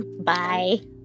Bye